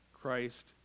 Christ